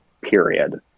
period